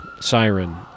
Siren